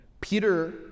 Peter